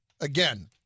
again